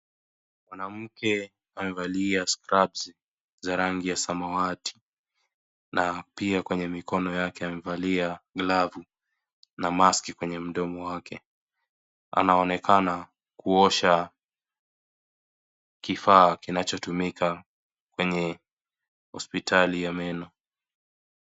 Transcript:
Mwanamke amevalia scrabs za rangi ya samawati na pia kwenye mikono yake amevalia glavu na maski kwenye mdomo wake . Anaonekana kuosha kifaa kinachotumika kwenye hospitali ya meno.